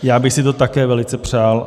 Já bych si to také velice přál.